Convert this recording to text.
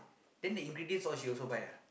then the ingredients all she also buy ah